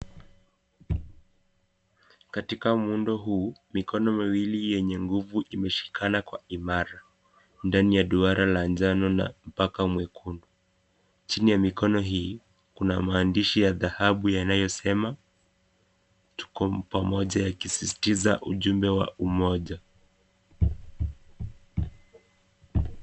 Katika muundo huu, mikono miwili yenye imeshikana kwa imara, ndani ya duara la njano na mpaka mwekundu, chini ya mikono hii kuna maandishi ya dhahabu yanayosema tuko pamoja yakisisitiza ujumbe wa umoja.